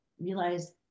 realize